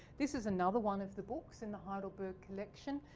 this is another one of the books in the heidelberg collection.